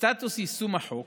סטטוס יישום החוק,